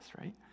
right